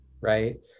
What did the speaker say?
Right